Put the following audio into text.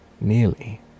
nearly